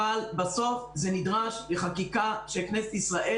אבל בסוף זה נדרש לחקיקה של כנסת ישראל